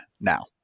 now